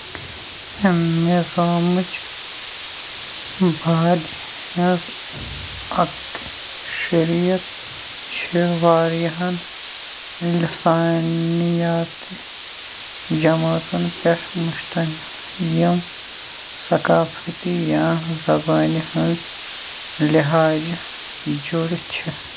ایٚمیزومٕچ باج ہٕنٛز اكشرِیت چھِ وارِیاہن لِسٲنِیٲتی جمٲژن پیٚٹھ مُشتعمِل یِم ثقافتی یا زبٲنہِ ہٕنٛز لحاج جُڈِتھ چھِ